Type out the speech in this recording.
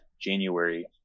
January